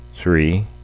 three